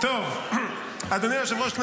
אדוני היושב-ראש,